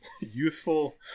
youthful